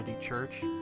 Church